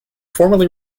formerly